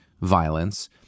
violence